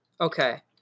Okay